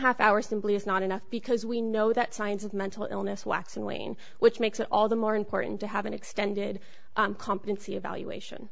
half hours simply is not enough because we know that signs of mental illness wax and wane which makes it all the more important to have an extended competency evaluation